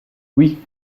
oui